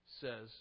says